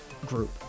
group